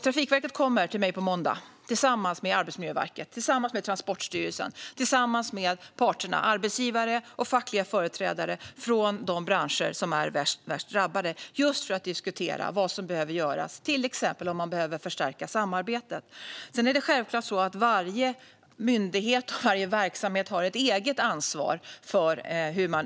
Trafikverket kommer till mig på måndag tillsammans med Arbetsmiljöverket, Transportstyrelsen och parterna - det vill säga arbetsgivare och fackliga företrädare från de branscher som är värst drabbade - för att diskutera vad som behöver göras, till exempel om man behöver förstärka samarbetet. Självklart har varje myndighet och varje verksamhet ett eget ansvar.